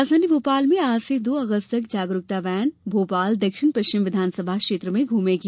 राजधानी भोपाल में आज से दो अगस्त तक जागरुकता वैन भोपाल दक्षिण पश्चिम विधानसभा क्षेत्र में घूमेगी